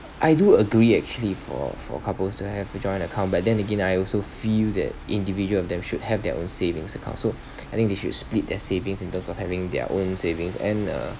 I do agree actually for for couples to have a joint account but then again I also feel that individual of them should have their own savings account so I think they should split their savings in terms of having their own savings and uh